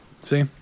See